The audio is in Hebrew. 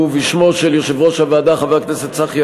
ובשמו של יושב-ראש הוועדה חבר הכנסת צחי